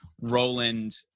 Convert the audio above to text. Roland